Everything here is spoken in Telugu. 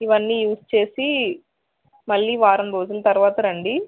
ఇవన్నీ యూజ్ చేసి మళ్ళీ వారం రోజుల తర్వాత రండి